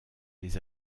les